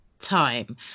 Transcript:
time